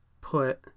put